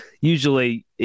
usually